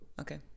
Okay